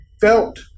felt